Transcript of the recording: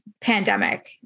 pandemic